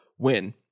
Win